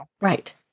Right